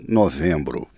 novembro